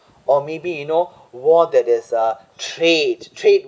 or maybe you know war that is uh trade trade